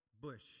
bush